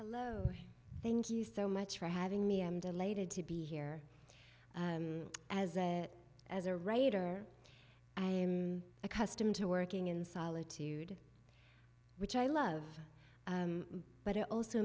thank you so much for having me i'm delighted to be here and as a as a writer i am accustomed to working in solitude which i love but it also